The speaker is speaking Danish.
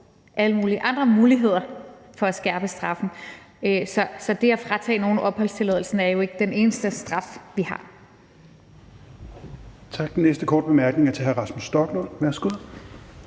alle mulige andre muligheder for at skærpe straffen, så det at fratage nogen opholdstilladelsen er ikke den eneste straf, vi har.